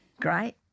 Great